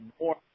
more